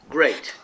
Great